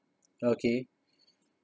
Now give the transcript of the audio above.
okay